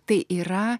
tai yra